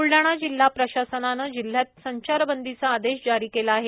ब्लडाणा जिल्हा प्रशासनाने जिल्ह्यात संचारबंदीचा आदेश जारी केला आहे